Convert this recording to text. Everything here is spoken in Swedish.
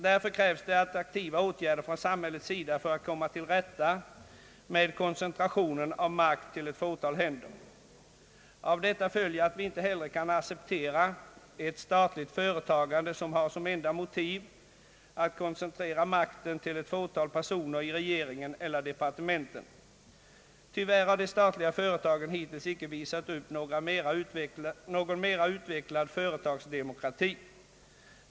Därför krävs det aktiva åtgärder från samhällets sida för att komma till rätta med koncentrationen av makt på ett fåtal händer. Av det Ang. näringspolitiken ta följer att vi inte heller kan acceptera ett statligt företagande som har som enda motiv att koncentrera makten till ett fåtal personer i regeringen eller departementen. Tyvärr har de statliga företagen hittills icke visat upp någon mera utvecklad företagsdemokrati.